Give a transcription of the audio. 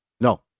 no